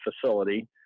facility